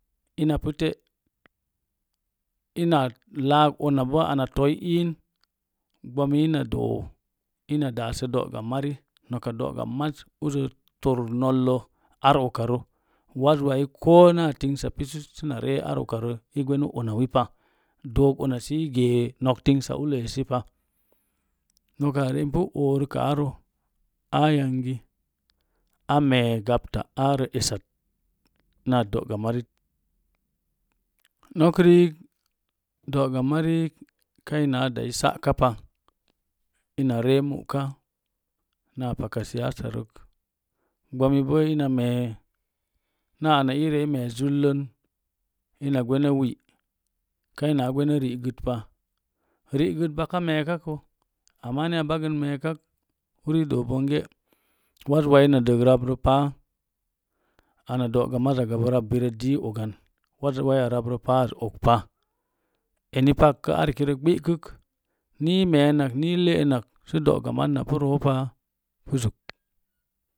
ina laak unabo ana toyi iin ɓomi ina doo ina daasə do'gamari noka do'gamaz uza tor nollo ar ukaro wazwai konaa tingsa pisus səna ree ar uka rə i gwenu unanin pa dook una sə gee nok tingsa ullə esi pa noka rik ipu oorokaa ro aa yangi a mee gapta ara esat naa do'gamarit nok riik do'gamari kai na dayi sa'kapa ina ree mu'ka na paka siyasa rək ɓami bo ina mee naa ana ii mee zullən ina gwena wi’ kaina gwena ri'gət pa ri'gət baka meekako amma niya bagən meek uri doo bon ge wazwai na dəg rabrə paa ana do'ga maza gabə rabirə diiz ogan wazwaiya dəg pas og pa eni pak arkirə gɓi'kək niyi meenak niyi le'enak sə do'gamaz napu roopa pu zuk